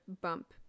bump